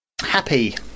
happy